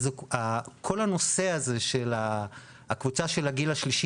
כל הנושא הזה של הקבוצה של הגיל השלישי